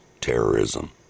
terrorism